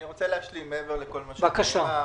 אני רוצה להשלים מעבר לכל מה שנאמר.